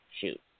shoot